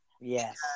yes